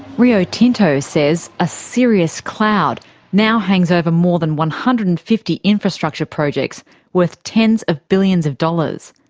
rio tinto says a serious cloud now hangs over more than one hundred and fifty infrastructure projects worth tens of billions of dollars.